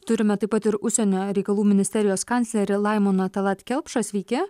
turime taip pat ir užsienio reikalų ministerijos kanclerį laimoną talat kelpšą sveiki